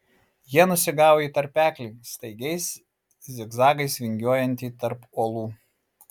jie nusigavo į tarpeklį staigiais zigzagais vingiuojantį tarp uolų